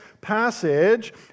passage